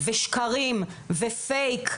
שקרים ופייק עלי,